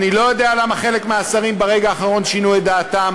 אני לא יודע למה חלק מהשרים ברגע האחרון שינו את דעתם.